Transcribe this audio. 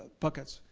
buckets.